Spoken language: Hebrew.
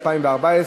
כנוסח הוועדה.